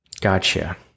Gotcha